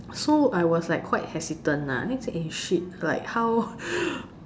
so I was like quite hesitant lah then say eh shit like how